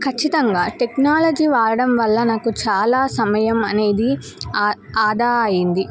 ఖచ్చితంగా టెక్నాలజీ వాడడం వల్ల నాకు చాలా సమయం అనేది ఆదా అయింది